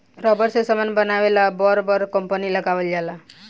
rubber से समान बनावे ला बर बर कंपनी लगावल बा